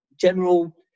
general